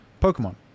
Pokemon